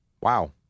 Wow